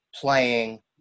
playing